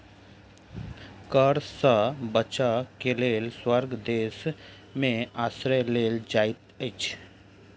कर सॅ बचअ के लेल कर स्वर्ग देश में आश्रय लेल जाइत अछि